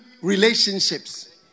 relationships